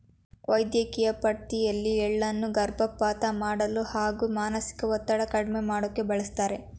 ವೈದ್ಯಕಿಯ ಪದ್ಡತಿಯಲ್ಲಿ ಎಳ್ಳನ್ನು ಗರ್ಭಪಾತ ಮಾಡಲು ಹಾಗೂ ಮಾನಸಿಕ ಒತ್ತಡ ಕಡ್ಮೆ ಮಾಡೋಕೆ ಬಳಸ್ತಾರೆ